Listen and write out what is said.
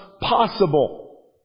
possible